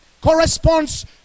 corresponds